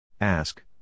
Ask